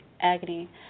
agony